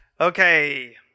Okay